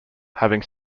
having